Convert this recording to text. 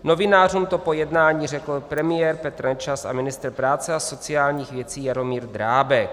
Novinářům to po jednání řekl premiér Petr Nečas a ministr práce a sociálních věcí Jaromír Drábek.